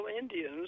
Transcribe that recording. Indians